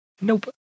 Nope